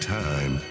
time